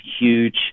huge